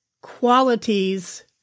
Qualities